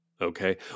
Okay